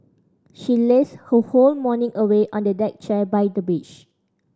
she lazed her whole morning away on a deck chair by the beach